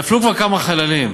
נפלו כבר כמה חללים.